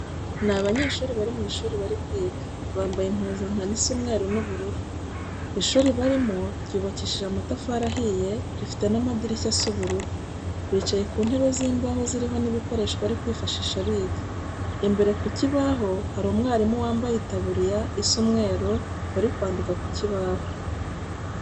Ni abanyeshuri bari mu ishuri bari kwiga, bambaye impuzankano isa umweru n'ubururu, ishuri barimo ryubakishije amatafari ahiye, rifite n'amadirishya asa ubururu. Bicaye ku ntebe z'imbaho ziriho n'ibikoresho bari kwifashisha biga. Imbere ku kibaho hari umwarimu wambaye itaburiya isa umweru uri kwandika ku kibaho.